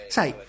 Sai